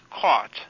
caught